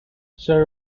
sir